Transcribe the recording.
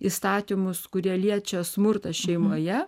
įstatymus kurie liečia smurtą šeimoje